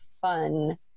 fun